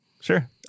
Sure